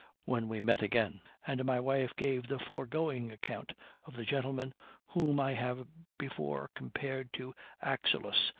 when we met again, and my wife gave the foregoing account of the gentleman whom i have before compared to axylus,